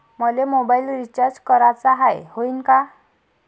मले mobile recharge कराचा हाय, होईनं का?